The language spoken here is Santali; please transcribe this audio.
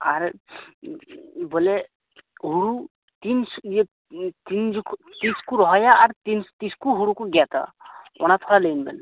ᱟᱨ ᱵᱚᱞᱮ ᱦᱳᱲᱳ ᱛᱤᱱ ᱤᱭᱟᱹ ᱛᱤᱱ ᱡᱚᱠᱷᱚᱡ ᱛᱤᱥ ᱠᱚ ᱨᱚᱦᱚᱭᱟ ᱟᱨ ᱛᱤᱱ ᱟᱨ ᱛᱤᱥᱠᱚ ᱦᱳᱲᱳ ᱠᱚ ᱜᱮᱫᱼᱟ ᱚᱱᱟ ᱛᱷᱚᱲᱟ ᱞᱟᱹᱭ ᱤᱧ ᱵᱮᱱ